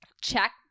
check